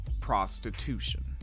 prostitution